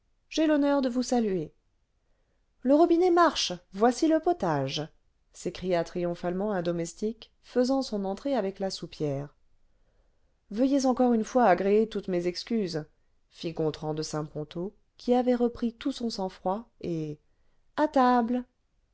j'ai l'honneur de vous saluer le robinet marche voici le potage s'écria triomphalement un domestique faisant son entrée avec la soupière veuillez encore une fois agréer toutes mes excuses fit gontran de saint ponto qui avait repris tout son sang-froid et à table